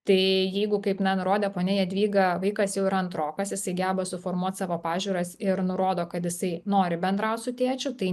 tai jeigu kaip na nurodė ponia jadvyga vaikas jau yra antrokas jisai geba suformuot savo pažiūras ir nurodo kad jisai nori bendraut su tėčiu tai